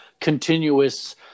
continuous